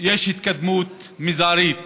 יש התקדמות מזערית